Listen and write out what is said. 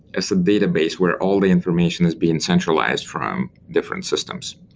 as a database where all the information is being centralized from different systems.